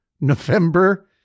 November